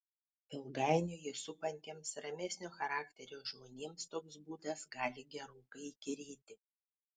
ilgainiui jį supantiems ramesnio charakterio žmonėms toks būdas gali gerokai įkyrėti